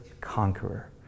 conqueror